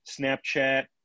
Snapchat